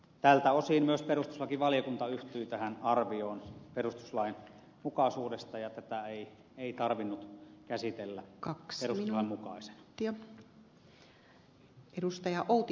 tältä osin myös perustuslakivaliokunta yhtyy tähän arvioon perustuslain mukaisuudesta ja tätä ei tarvinnut käsitellä perustuslain säätämisjärjestyksessä